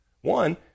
One